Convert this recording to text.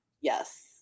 Yes